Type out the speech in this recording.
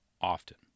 often